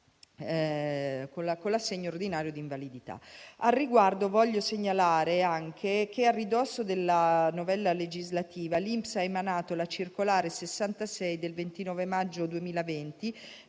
con l'assegno ordinario di invalidità.